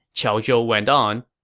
qiao zhou went on,